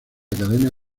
academia